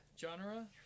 Genre